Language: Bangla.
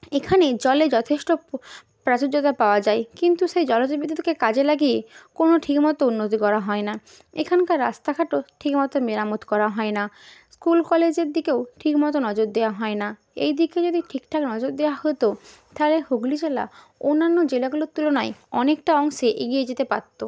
এখানে জলে যথেষ্ট প্রাচুর্যতা পাওয়া যায় কিন্তু সেই জলবিদ্যুৎকে কাজে লাগিয়ে কোনও ঠিকমতো উন্নতি করা হয় না এখানকার রাস্তাঘাটও ঠিকমতো মেরামত করা হয় না স্কুল কলেজের দিকেও ঠিকমতো নজর দেওয়া হয় না এই দিকে যদি ঠিকঠাক নজর দেওয়া হতো তাহলে হুগলি জেলা অন্যান্য জেলাগুলোর তুলনায় অনেকটা অংশে এগিয়ে যেতে পারত